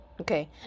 Okay